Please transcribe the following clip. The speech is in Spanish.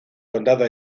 condado